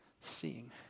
seeing